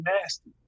nasty